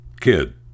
kid